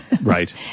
Right